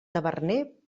taverner